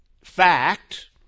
fact